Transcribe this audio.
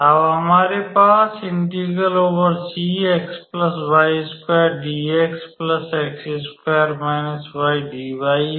अब हमारे पास है